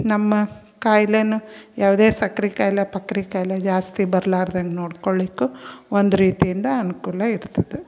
ನಮ್ಮ ಕಾಯಿಲೇನೂ ಯಾವುದೇ ಸಕ್ರೆ ಕಾಯಿಲೆ ಪಕ್ರಿ ಕಾಯಿಲೆ ಜಾಸ್ತಿ ಬರ್ಲಾರ್ದಂಗ ನೋಡ್ಕೊಳ್ಲಿಕ್ಕೂ ಒಂದು ರೀತಿಯಿಂದ ಅನುಕೂಲ ಇರ್ತದೆ